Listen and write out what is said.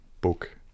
book